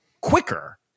quicker